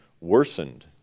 worsened